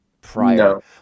prior